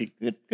good